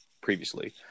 previously